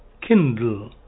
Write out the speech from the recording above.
Kindle